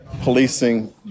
policing